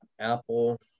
Apple